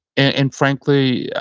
and and frankly,